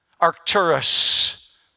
Arcturus